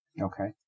Okay